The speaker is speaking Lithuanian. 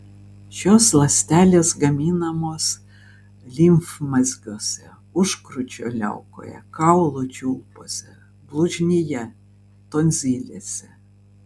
šios ląstelės gaminamos limfmazgiuose užkrūčio liaukoje kaulų čiulpuose blužnyje tonzilėse